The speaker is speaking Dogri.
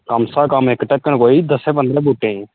कम से कम कोई इक्क ढक्कन दस्सें पंदरें बूह्टें गी